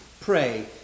pray